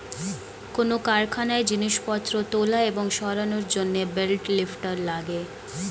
কোন কারখানায় জিনিসপত্র তোলা এবং সরানোর জন্যে বেল লিফ্টার লাগে